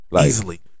Easily